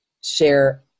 share